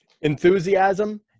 Enthusiasm